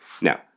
Now